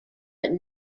but